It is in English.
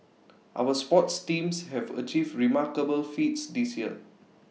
our sports teams have achieved remarkable feats this year